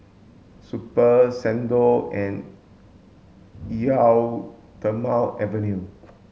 Super Xndo and Eau Thermale Avene